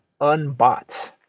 unbought